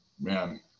Man